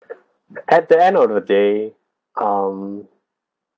at the end of the day um